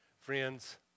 Friends